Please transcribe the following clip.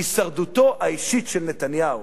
הישרדותו האישית של נתניהו".